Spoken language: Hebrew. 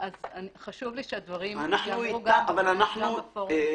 חשוב לי שהדברים ייאמרו גם בפורום הזה.